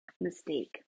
mistake